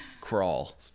Crawl